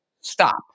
stop